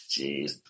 Jeez